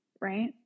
right